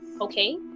okay